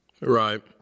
Right